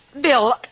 Bill